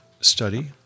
Study